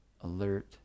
alert